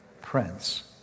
Prince